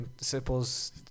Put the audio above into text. supposed